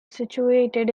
situated